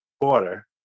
quarter